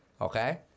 okay